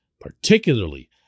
particularly